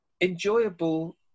enjoyable